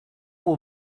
will